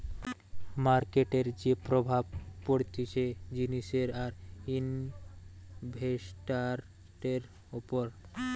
মার্কেটের যে প্রভাব পড়তিছে জিনিসের আর ইনভেস্টান্টের উপর